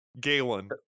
Galen